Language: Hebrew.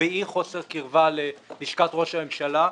באי-חוסר קרבה ללשכת ראש הממשלה,